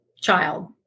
child